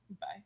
Bye